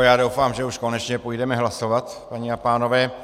Já doufám, že už konečně půjdeme hlasovat, paní a pánové.